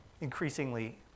increasingly